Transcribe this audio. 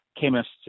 chemists